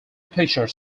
pictures